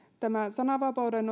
sananvapauden